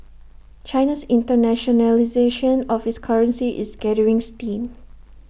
China's internationalisation of its currency is gathering steam